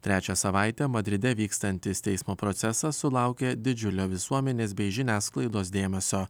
trečią savaitę madride vykstantis teismo procesas sulaukė didžiulio visuomenės bei žiniasklaidos dėmesio